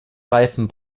reifen